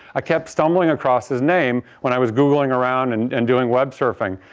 i kept stumbling across his name when i was googling around and and doing web surfing.